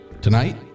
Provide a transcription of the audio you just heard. Tonight